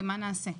ומה נעשה?